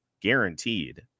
guaranteed